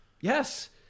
Yes